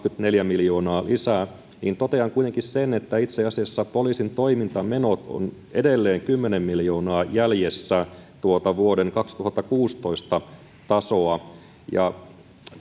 kaksikymmentäneljä miljoonaa lisää niin totean kuitenkin sen että itse asiassa poliisin toimintamenot ovat edelleen kymmenen miljoonaa jäljessä tuota vuoden kaksituhattakuusitoista tasoa ja